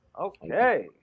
okay